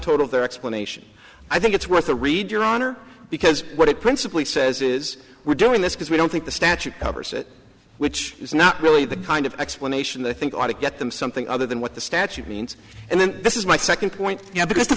total of their explanation i think it's worth a read your honor because what it principally says is we're doing this because we don't think the statute covers it which is not really the kind of explanation i think i want to get them something other than what the statute means and then this is my second point because the